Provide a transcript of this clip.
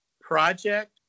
project